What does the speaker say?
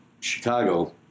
Chicago